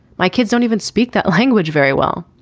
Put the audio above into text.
my kids don't even speak that language very well.